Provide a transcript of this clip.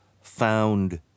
found